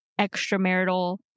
extramarital